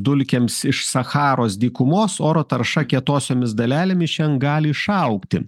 dulkėms iš sacharos dykumos oro tarša kietosiomis dalelėmis šiandien gali išaugti